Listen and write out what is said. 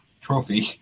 trophy